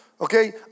Okay